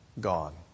Gone